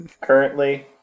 currently